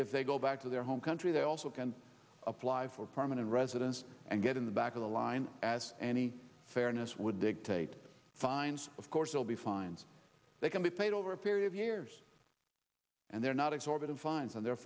if they go back to their home country they also can apply for permanent residence and get in the back of the line as any fairness would dictate fines of course will be fines they can be paid over a period of years and they're not exorbitant fines and the